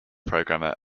programmer